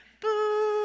Boo